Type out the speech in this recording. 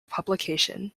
publication